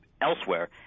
elsewhere